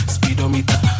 Speedometer